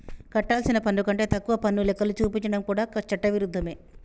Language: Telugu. కట్టాల్సిన పన్ను కంటే తక్కువ పన్ను లెక్కలు చూపించడం కూడా చట్ట విరుద్ధమే